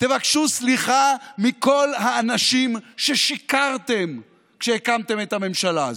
תבקשו סליחה מכל האנשים ששיקרתם להם כשהקמתם את הממשלה הזו.